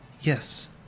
Yes